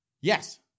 Yes